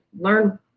learn